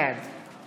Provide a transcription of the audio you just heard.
בעד